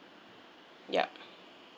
ya